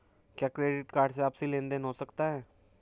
क्या credit card से आपसी लेनदेन हो सकता है?